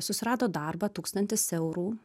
susirado darbą tūkstantis eurų